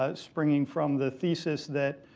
ah springing from the thesis that